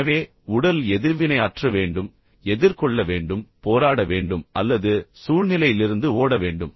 எனவே உடல் எதிர்வினையாற்ற வேண்டும் எதிர்கொள்ள வேண்டும் போராட வேண்டும் அல்லது சூழ்நிலையிலிருந்து ஓட வேண்டும்